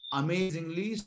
amazingly